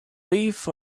leaf